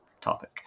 topic